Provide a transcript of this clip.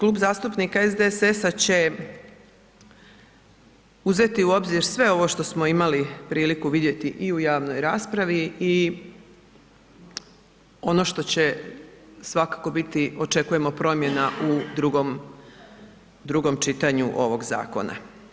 Kluba zastupnika SDSS-a će uzeti u obzir sve ovo što smo imali priliku vidjeti i u javnoj raspravi i ono što će svakako biti, očekujemo promjena u drugom čitanju ovog zakona.